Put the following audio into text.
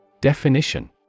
Definition